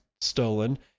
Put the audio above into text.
stolen